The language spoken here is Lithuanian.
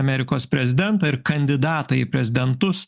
amerikos prezidentą ir kandidatą į prezidentus